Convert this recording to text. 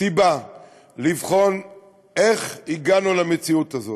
סיבה לבחון איך הגענו למציאות הזאת,